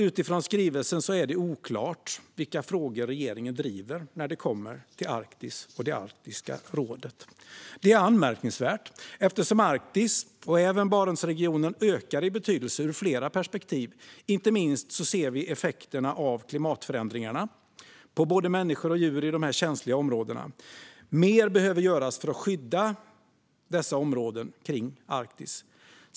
Utifrån skrivelsen är det oklart vilka frågor regeringen driver när det kommer till Arktis och Arktiska rådet, fru talman. Detta är anmärkningsvärt eftersom Arktis, och även Barentsregionen, ökar i betydelse ur flera perspektiv. Inte minst ser vi effekterna av klimatförändringarna på både människor och djur i dessa känsliga områden. Mer behöver göras för att skydda områdena kring Arktis.